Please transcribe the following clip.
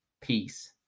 Peace